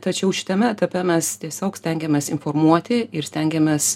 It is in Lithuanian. tačiau šitame etape mes tiesiog stengiamės informuoti ir stengiamės